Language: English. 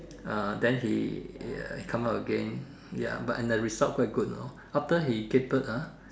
uh then he uh he come out again ya but and the result quite good you know after he gave birth ah